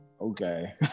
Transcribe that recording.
Okay